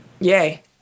Yay